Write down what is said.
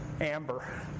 Amber